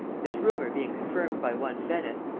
this rumor being confirmed by one bennet,